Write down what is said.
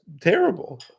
terrible